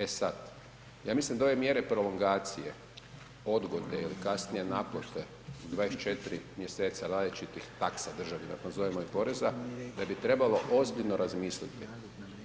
E sad, ja mislim da ove mjere prolongacije, odgode ili kasnije naplate 24 mjeseca različitih taksa državnih nazovimo ih poreza da bi trebalo ozbiljno razmisliti